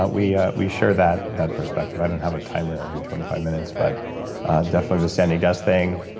ah we yeah we share that that perspective. i don't have a timer every twenty five minutes but definitely the standing desk thing,